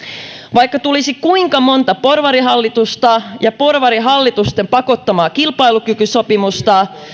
vaikka tulisi kuinka monta porvarihallitusta ja porvarihallitusten pakottamaa kilpailukykysopimusta